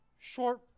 short